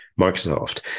Microsoft